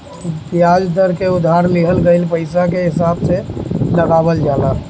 बियाज दर के उधार लिहल गईल पईसा के हिसाब से लगावल जाला